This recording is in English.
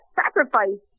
sacrifice